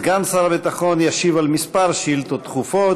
סגן שר הביטחון ישיב על כמה שאילתות דחופות.